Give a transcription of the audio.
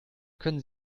können